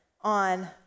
on